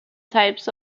types